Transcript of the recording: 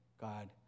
God